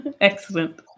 Excellent